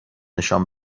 نشان